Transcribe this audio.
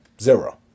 Zero